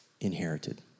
inherited